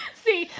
see,